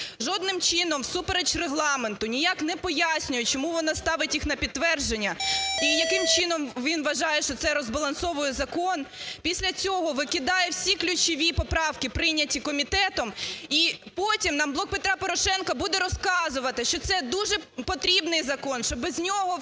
жодним чином всупереч Регламенту ніяк не пояснює, чому вона ставить їх на підтвердження, і яким чином він вважає, що це розбалансовує закон, після цього викидає всі ключові поправки, прийняті комітетом. І потім нам "Блок Петра Порошенка" буде розказувати, що це дуже потрібний закон, що без нього фактично